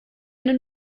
eine